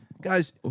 guys